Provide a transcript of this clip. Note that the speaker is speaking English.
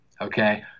okay